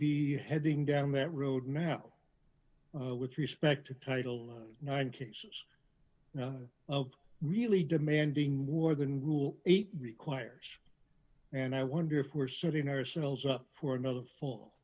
be heading down that road now with respect to title nine cases of really demanding more than rule eight requires and i wonder if we're setting ourselves up for another fall